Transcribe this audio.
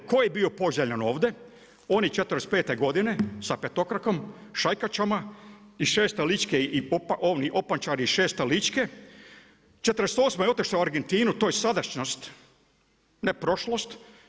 Tko je bio poželjan ovdje, oni '45 godine sa petokrakom, šajkačama i šeste ličke i oni opančari, 6 ličke. '48 je otišao u Argentinu, to je sadašnjost, ne prošlost.